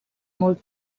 molt